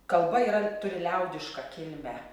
kalba yra turi liaudišką kilmę